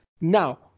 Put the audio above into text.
Now